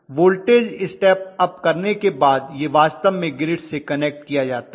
voltage step up करने के बाद यह वास्तव में ग्रिड से कनेक्ट किया जाता है